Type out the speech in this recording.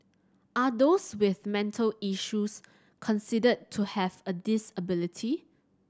are those with mental issues considered to have a disability